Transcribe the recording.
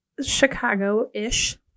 Chicago-ish